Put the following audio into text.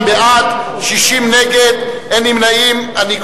חברת הכנסת יולה שמאלוב-ברקוביץ וחבר הכנסת עתניאל שנלר,